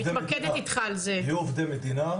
יהיו עובדי מדינה,